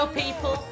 people